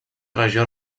regió